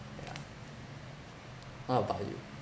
yeah what about you